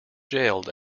jailed